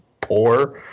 poor